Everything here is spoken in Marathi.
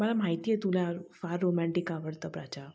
मला माहिती आहे तुला फार रोमॅन्टीक आवडतं प्राच्या